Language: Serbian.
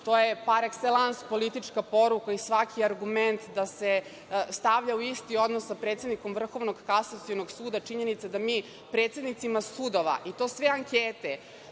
to je parekselans, politička poruka i svaki argument da se stavlja u isti odnos sa predsednikom Vrhovnog kasacionog suda je činjenica da predsednicima sudova i to sve ankete